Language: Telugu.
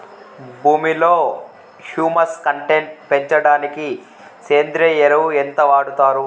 భూమిలో హ్యూమస్ కంటెంట్ పెంచడానికి సేంద్రియ ఎరువు ఎంత వాడుతారు